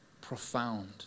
profound